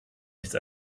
nichts